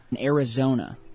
Arizona